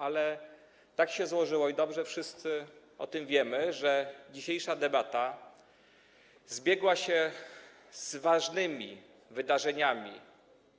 Ale tak się złożyło i wszyscy dobrze o tym wiemy, że dzisiejsza debata zbiegła się z ważnymi wydarzeniami,